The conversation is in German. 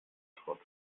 schrott